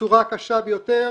בצורה הקשה ביותר